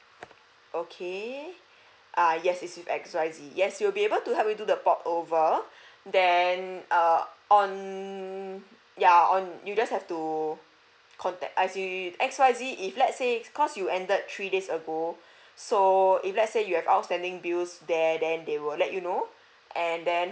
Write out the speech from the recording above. okay uh yes it's X Y Z yes you'll be able to help you do the port over then err on ya on you just have to contact I see X Y Z if let's say because you ended three days ago so if let's say you have outstanding bills there then they will let you know and then